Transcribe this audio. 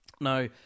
Now